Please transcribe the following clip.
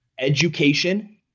education